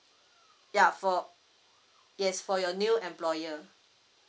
ya for yes for your new employer